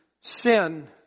sin